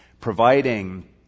providing